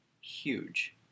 huge